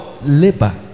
labor